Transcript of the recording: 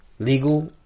Legal